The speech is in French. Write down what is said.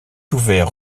ouvert